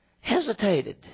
Hesitated